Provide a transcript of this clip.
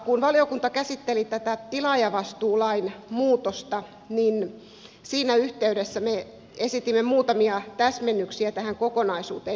kun valiokunta käsitteli tätä tilaajavastuulain muutosta niin siinä yhteydessä me esitimme muutamia täsmennyksiä tähän kokonaisuuteen